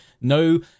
No